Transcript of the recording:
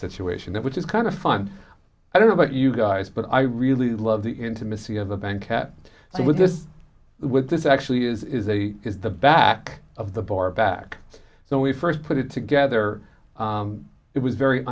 situation which is kind of fun i don't know about you guys but i really love the intimacy of the band kat with this with this actually is a is the back of the bar back when we first put it together it was very